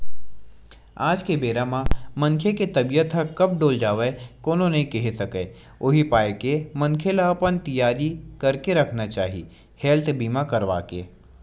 आज के बेरा म मनखे के तबीयत ह कब डोल जावय कोनो नइ केहे सकय उही पाय के मनखे ल अपन तियारी करके रखना चाही हेल्थ बीमा करवाके